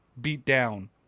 beat-down